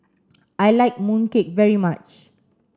I like mooncake very much